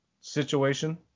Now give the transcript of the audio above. situation